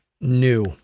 new